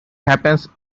happens